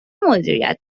مدیریت